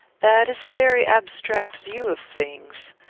that is a very abstract view of things.